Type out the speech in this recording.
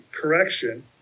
correction